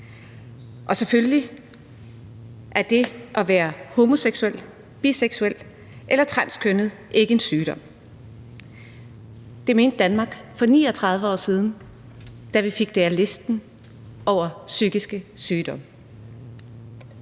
Og selvfølgelig er det at være homoseksuel, biseksuel eller transkønnet ikke en sygdom. Det mente Danmark for 39 år siden, da vi fik det af listen over psykiske sygdomme,